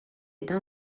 d’un